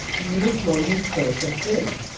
you look more youthful if you're slim,